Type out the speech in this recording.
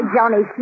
Johnny